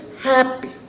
happy